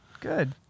good